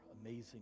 amazing